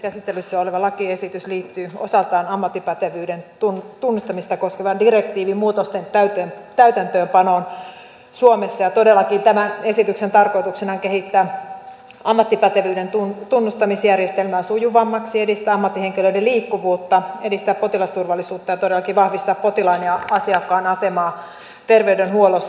käsittelyssä oleva lakiesitys liittyy osaltaan ammattipätevyyden tunnustamista koskevan direktiivin muutosten täytäntöönpanoon suomessa ja todellakin tämän esityksen tarkoituksena on kehittää ammattipätevyyden tunnustamisjärjestelmää sujuvammaksi edistää ammattihenkilöiden liikkuvuutta edistää potilasturvallisuutta ja todellakin vahvistaa potilaan ja asiakkaan asemaa terveydenhuollossa